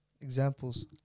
Examples